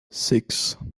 six